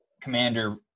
commander